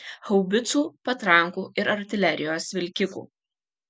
haubicų patrankų ir artilerijos vilkikų